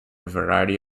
variety